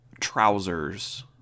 trousers